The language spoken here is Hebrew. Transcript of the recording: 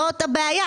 זאת הבעיה.